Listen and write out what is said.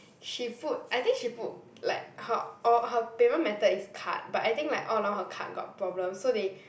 she put I think she put like her or her payment method is card but I think like all along her card got problem so they